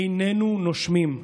איננו נושמים.